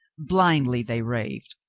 blindly they raved,